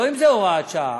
אם זאת הוראת שעה.